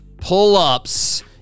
pull-ups